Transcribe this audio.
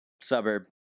suburb